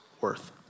worth